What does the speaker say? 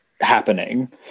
happening